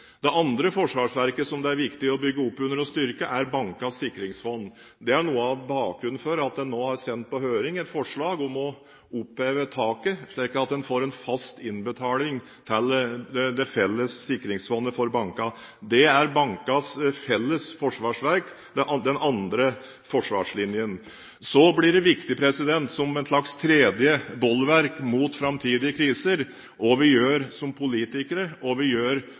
Det andre forsvarsverket som det er viktig å bygge opp under og styrke, er Bankenes sikringsfond. Det er noe av bakgrunnen for at en nå har sendt på høring et forslag om å oppheve taket, slik at en får en fast innbetaling til det felles sikringsfondet for bankene. Det er bankenes felles forsvarsverk, den andre forsvarslinjen. Så blir det viktig som et slags tredje bolverk mot framtidige kriser, hva vi som politikere gjør, og hva vi som bankfolk gjør,